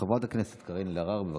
חברת הכנסת קארין אלהרר, בבקשה.